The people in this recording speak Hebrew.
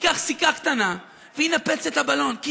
ייקח סיכה קטנה וינפץ את הבלון, כי